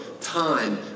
time